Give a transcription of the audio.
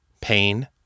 pain